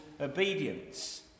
obedience